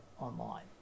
online